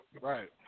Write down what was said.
Right